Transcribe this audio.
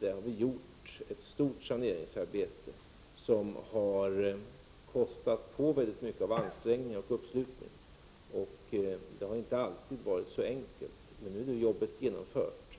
Vi har gjort ett stort saneringsarbete som har kostat mycket i form av ansträngningar och uppslutning. Det har inte alltid varit så enkelt, men nu är det arbetet genomfört.